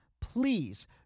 Please